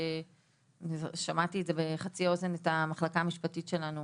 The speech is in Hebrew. ששמעתי שהמחלקה המשפטית שלנו